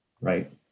Right